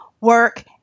work